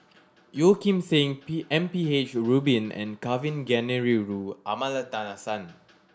Yeo Kim Seng P M P H Rubin and Kavignareru Amallathasan